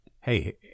hey